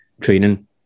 training